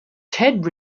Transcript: ted